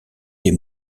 les